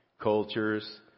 cultures